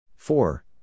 Four